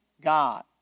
God